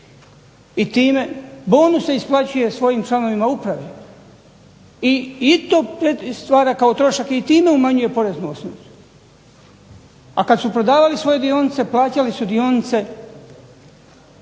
i time bonuse isplaćuje svojim članovima upravo i to stvara kao trošak i time umanjuje poreznu osnovicu. A kada su prodavali svoje dionice plaćali su dionice